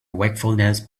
wakefulness